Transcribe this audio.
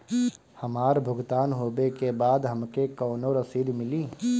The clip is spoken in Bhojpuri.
हमार भुगतान होबे के बाद हमके कौनो रसीद मिली?